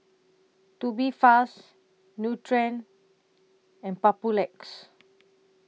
Tubifast Nutren and Papulex